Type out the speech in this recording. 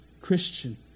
Christian